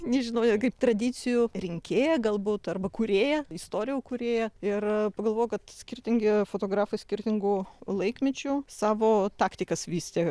nežinau net kaip tradicijų rinkėją galbūt arba kūrėją istorijų kurėją ir pagalvojau kad skirtingi fotografai skirtingu laikmečiu savo taktikas vystė